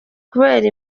kubera